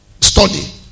Study